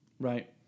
Right